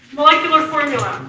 molecular formula,